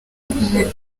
kumwe